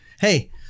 Hey